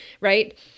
right